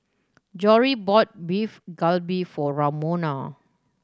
Jory bought Beef Galbi for Romona